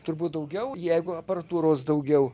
turbūt daugiau jeigu aparatūros daugiau